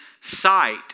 sight